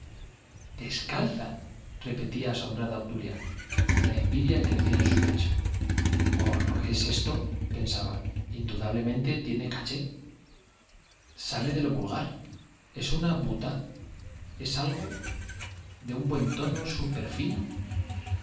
descalza repetía asombrada obdulia la envidia crecía en su pecho oh lo que es esto pensaba indudablemente tiene cachet sale de lo vulgar es una boutade es algo de un buen tono